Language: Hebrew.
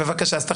בבקשה.